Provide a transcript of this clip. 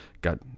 got